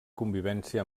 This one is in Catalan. convivència